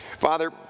Father